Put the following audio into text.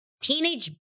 teenage